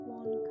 one